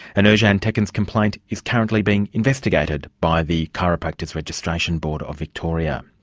and ercan and tekin's complaint is currently being investigated by the chiropractors registration board of victoria.